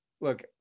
look